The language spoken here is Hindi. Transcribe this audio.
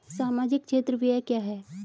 सामाजिक क्षेत्र व्यय क्या है?